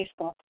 Facebook